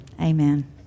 Amen